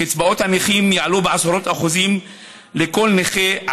קצבאות הנכים יעלו בעשרות אחוזים לכל נכה,